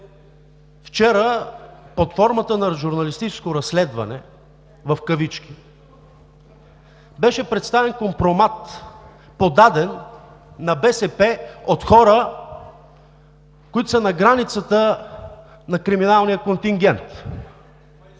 Вчера под формата на журналистическо разследване в кавички беше представен компромат, подаден на БСП от хора, които са на границата на криминалния контингент,